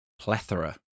plethora